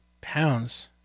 pounds